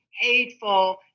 hateful